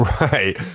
Right